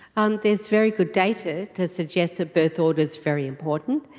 um there's very good data to suggest that birth order is very important,